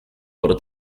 por